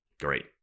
great